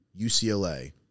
UCLA